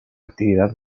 actividad